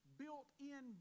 built-in